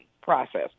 process